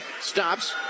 stops